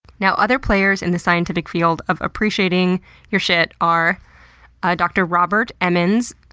now other players in the scientific field of appreciating your shit are ah dr robert emmons,